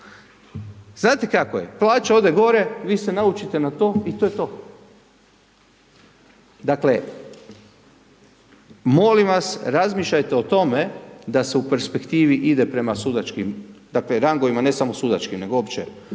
znate kako je, plaća ode gore, vi se naučite na to i to je to. Dakle, molim vas, razmišljajte o tome da se u perspektivi ide prema sudačkim dakle rangovima ne samo sudačkim nego uopće